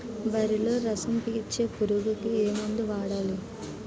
వరిలో రసం పీల్చే పురుగుకి ఏ మందు వాడాలి?